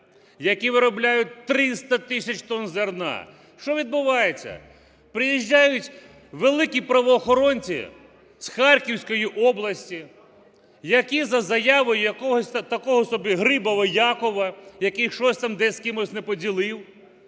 які виробляють 300 тисяч тонн зерна. Що відбувається? Приїжджають великі правоохоронці з Харківської області, які за заявою якогось такого собі Грибова Якова, який там щось з кимось не поділив,